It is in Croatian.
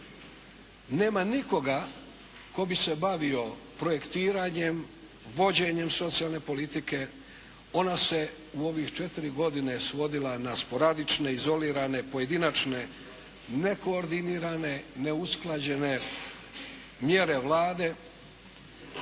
nema nikoga tko bi se bavio projektiranjem, vođenjem socijalne politike. Ona se u ovih 4 godine svodila na sporadične, izolirane, pojedinačne nekoordinirane, neusklađene mjere Vlade